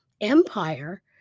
Empire